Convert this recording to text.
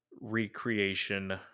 recreation